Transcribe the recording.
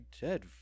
dead